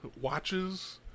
watches